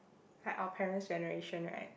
like our parents' generation right